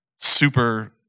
super